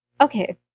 Okay